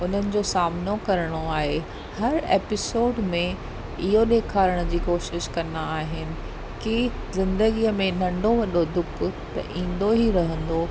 उन्हनि जो सामनो करणो आहे हर एपिसोड में इहो ॾेखारण जी कोशिशि कंदा आहिनि की ज़िंदगीअ में नंढो वॾो दुख़ त ईंदो ई रहंदो